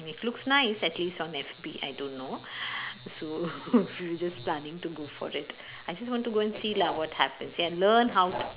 it looks nice at least on F_B I don't know so we were just planning to go for it I just want to go and see lah what happens and learn how to